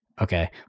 Okay